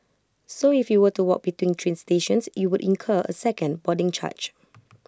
so if you were to walk between train stations you would incur A second boarding charge